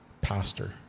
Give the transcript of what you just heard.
pastor